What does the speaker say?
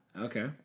Okay